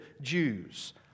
Jews